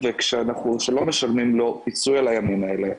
שלא משלמים לו פיצוי על הימים האלה.